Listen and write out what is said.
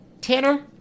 Tanner